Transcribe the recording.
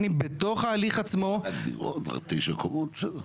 עד תשע קומות בסדר.